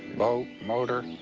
boat? motor?